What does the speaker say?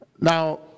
Now